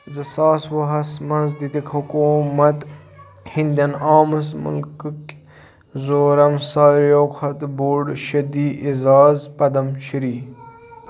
زٕ ساس وُہَس منٛز دِتِکھ حکوٗمت ہِنٛدٮ۪ن عامس مُلکٕکۍ زورَم ساروِیو کھۄتہٕ بوٚڈ شدی اعزاز پدم شرٛی